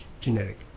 genetic